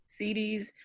CDs